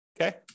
okay